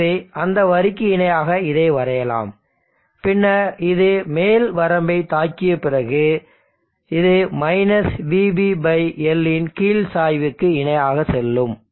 ஆகவே அந்த வரிக்கு இணையாக இதை வரையலாம் பின்னர் இது மேல் வரம்பைத் தாக்கிய பிறகு இது -vBL ன் கீழ் சாய்வுக்கு இணையாக செல்லும்